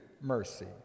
mercy